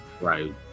right